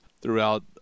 throughout